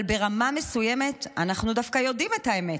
אבל ברמה מסוימת אנחנו דווקא יודעים את האמת.